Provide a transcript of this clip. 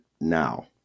now